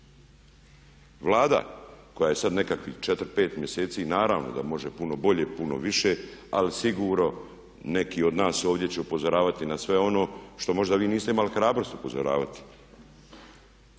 Vlada koja je sad nekakvih 4, 5 mjeseci naravno da može puno bolje, puno više, ali sigurno neki od nas ovdje će upozoravati na sve ono što možda vi niste imali hrabrosti upozoravati,